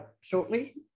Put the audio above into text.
shortly